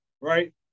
Right